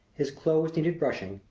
his clothes needed brushing,